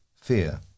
Fear